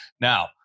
now